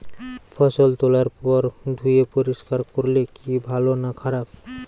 ফসল তোলার পর ধুয়ে পরিষ্কার করলে কি ভালো না খারাপ?